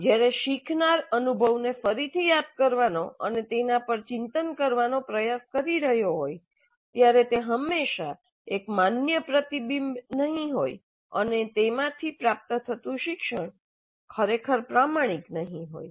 જ્યારે શીખનાર અનુભવને ફરીથી યાદ કરવાનો અને તેના પર ચિંતન કરવાનો પ્રયાસ કરી રહ્યો હોય ત્યારે તે હંમેશાં એક માન્ય પ્રતિબિંબ નહીં હોય અને તેમાંથી પ્રાપ્ત થતું શિક્ષણ ખરેખર પ્રામાણિક નહીં હોય